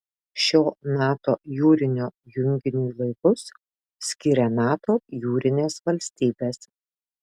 šio nato jūrinio junginiui laivus skiria nato jūrinės valstybės